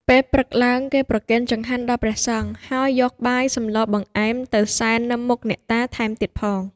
ពេលព្រឹកឡើងគេប្រគេនចង្ហាន់ដល់ព្រះសង្ឃ ហើយយកបាយ សម្ល បង្អែម ទៅសែននៅមុខអ្នកតាថែមទៀតផង។